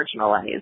marginalized